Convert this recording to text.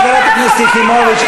חברת הכנסת יחימוביץ,